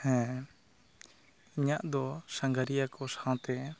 ᱦᱮᱸ ᱤᱧᱟᱹᱜ ᱫᱚ ᱥᱟᱸᱜᱷᱟᱨᱤᱭᱟ ᱠᱚ ᱥᱟᱶᱛᱮ